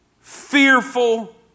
fearful